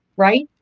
right?